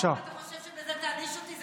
אתה יכול, אם אתה חושב שבזה תעניש אותי.